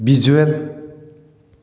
visual